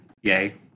Yay